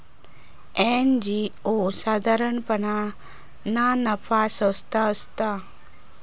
NGO साधारणपणान ना नफा संस्था असता